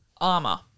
Armor